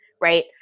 right